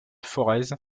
forez